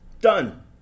Done